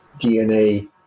DNA